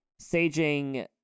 saging